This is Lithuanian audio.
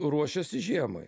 ruošiasi žiemai